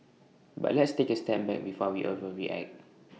but let's take A step back before we overreact